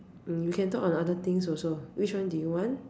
mm we can talk on other things also which one do you want